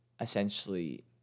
essentially